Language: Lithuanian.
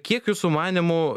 kiek jūsų manymu